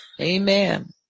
Amen